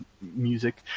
music